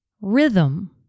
Rhythm